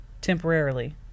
temporarily